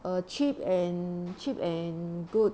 eh cheap and cheap and good